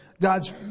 God's